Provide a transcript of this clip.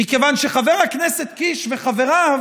מכיוון שחבר הכנסת קיש וחבריו